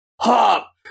hop